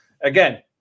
Again